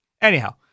Anyhow